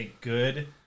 good